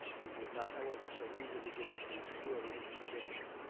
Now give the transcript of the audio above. he would not, however, so easily give up his skill in prediction.